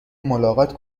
ملاقات